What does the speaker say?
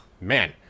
man